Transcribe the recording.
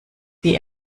wie